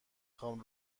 خوام